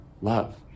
love